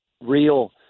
real